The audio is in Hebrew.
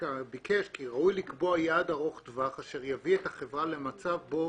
"כי ראוי לקבוע יעד ארוך טווח אשר יביא את החברה למצב בו